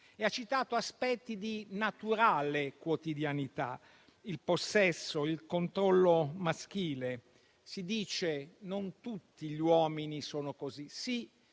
poi citato aspetti di naturale quotidianità: il possesso, il controllo maschile. Si dice che non tutti gli uomini sono così.